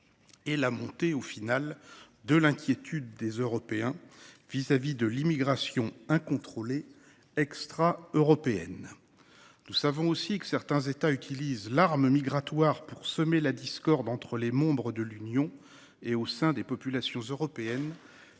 et,, la montée de l’inquiétude des Européens au sujet de l’immigration incontrôlée extra-européenne. Nous savons aussi que certains États utilisent l’« arme migratoire » pour semer la discorde entre membres de l’Union et au sein des populations européennes.